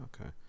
Okay